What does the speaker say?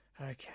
Okay